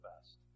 best